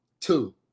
two